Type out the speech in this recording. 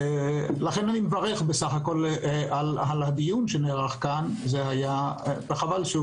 מהסיבה הזו אני מברך על כינוס הדיון היום אך חבל שהוא